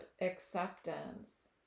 acceptance